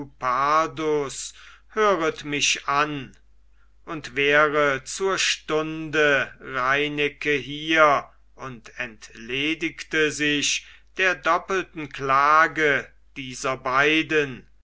lupardus höret mich an und wäre zur stunde reineke hier und entledigte sich der doppelten klage dieser beiden